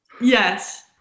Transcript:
Yes